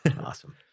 Awesome